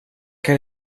kan